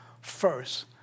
first